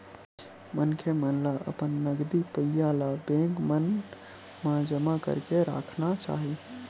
मनखे मन ल अपन नगदी पइया ल बेंक मन म जमा करके राखना चाही